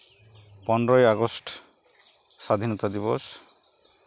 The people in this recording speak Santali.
ᱯᱚᱱᱨᱳ ᱟᱜᱚᱥᱴ ᱥᱟᱫᱷᱤᱱᱚᱛᱟ ᱫᱤᱵᱚᱥ